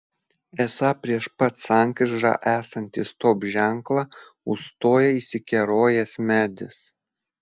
esą prieš pat sankryžą esantį stop ženklą užstoja įsikerojęs medis